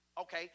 Okay